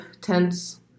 tense